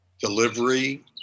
delivery